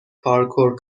پارکور